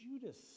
Judas